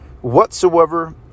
whatsoever